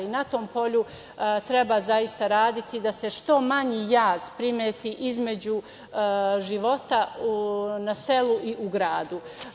Na tom polju treba, zaista raditi da se što manji jaz primeti između života na selu i u gradu.